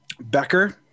Becker